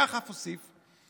על כך אף אוסיף שככלל,